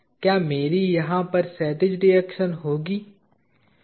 क्या मेरी यहाँ पर क्षैतिज रिएक्शन होगी